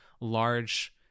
large